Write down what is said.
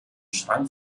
schrank